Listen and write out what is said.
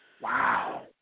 Wow